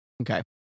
Okay